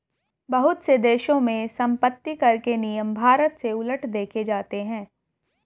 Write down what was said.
बहुत से देशों में सम्पत्तिकर के नियम भारत से उलट देखे जाते हैं